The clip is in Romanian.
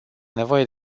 nevoie